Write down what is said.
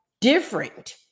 different